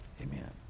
amen